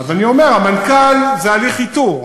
אז אני אומר, המנכ"ל, זה הליך איתור.